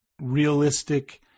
realistic